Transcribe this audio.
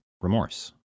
remorse